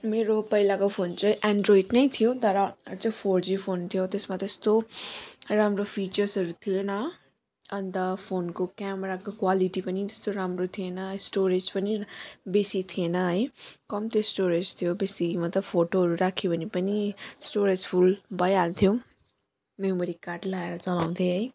मेरो पहिलाको फोन चाहिँ एन्ड्रइड नै थियो तर चाहिँ फोरजी फोन थियो त्यसमा त्यस्तो राम्रो फिचर्सहरू थिएन अनि त फोनको क्यामेराको क्वालिटी पनि त्यस्तो राम्रो थिएन स्टोरेज पनि बेसी थिएन है कम्ती स्टोरेज थियो बेसी मतलब फोटोहरू राख्यो भने पनि स्टोरेज फुल भइहाल्थ्यो मेमोरी कार्ड लाएर चलाउँथेँ है